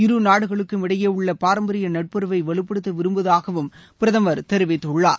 இரு நாடுகளுக்கும் இடையே உள்ள பாரம்பரிய நட்புறவை வலுப்படுத்த விரும்புவதாகவும் பிரதமர் தெரிவித்துள்ளார்